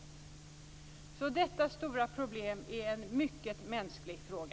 Detta stora problem är alltså en mycket mänsklig fråga.